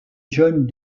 jeunes